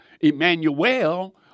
Emmanuel